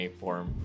form